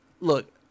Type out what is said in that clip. look